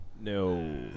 No